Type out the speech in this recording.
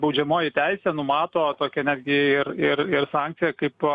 baudžiamoji teisė numato tokią netgi ir ir ir sankciją kaip